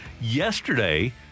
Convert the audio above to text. Yesterday